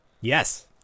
Yes